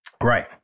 right